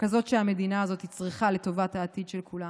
כזאת שהמדינה הזו צריכה לטובת העתיד של כולנו.